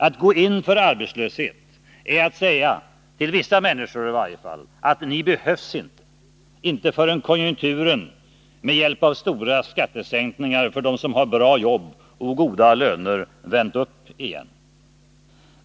Att gå in för arbetslöshet är att säga, till vissa människor i varje fall, att de inte behövs, inte förrän konjunkturen med hjälp av stora skattesänkningar för dem som har bra jobb och goda löner vänt uppåt igen.